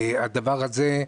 הדבר הזה,